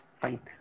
fine